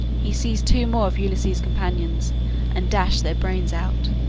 he seized two more of ulysses' companions and dashed their brains out,